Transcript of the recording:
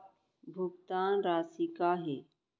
भुगतान राशि का हे?